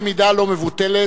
במידה לא מבוטלת,